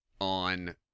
on